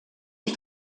die